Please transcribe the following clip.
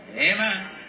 Amen